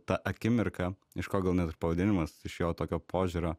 ta akimirka iš ko gal net ir pavadinimas iš jo tokio požiūrio